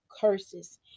curses